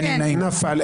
נפל.